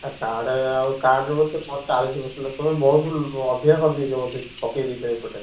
ଏ card ଆଉ କାର୍ଡରେ ବୋଧେ କ'ଣ ଚାଳିଶ ବର୍ଷ ଲୋକ ତୁମେ ବହୁତ ଅଧିକା କରି ଦେଇଛ ବୋଧେ ପକେଇ ଦେଇଛ ଏଇ ପଟେ